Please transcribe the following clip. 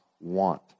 want